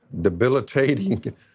debilitating